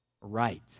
right